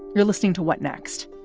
you're listening to what next?